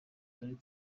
karere